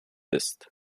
ist